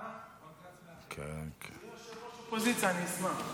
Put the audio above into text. שיהיה ראש אופוזיציה, אני אשמח.